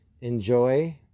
enjoy